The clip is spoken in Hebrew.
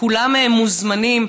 כולם מוזמנים,